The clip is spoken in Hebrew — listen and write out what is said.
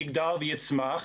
יגדל ויצמח.